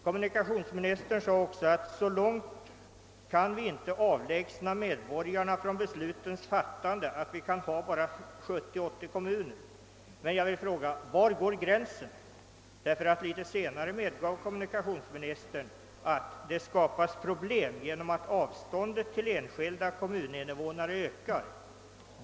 Kommunikationsministern sade vidare att vi inte kan avlägsna medborgarna så långt från beslutets fattande att vi kan ha endast 70 å 80 kommuner. Men var går då gränsen? Något senare medgav nämligen kommunikationsministern att det skapas problem redan nu genom att avståndet till enskilda kommuninvånare ökar.